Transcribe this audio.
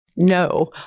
no